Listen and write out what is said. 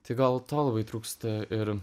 tai gal to labai trūksta ir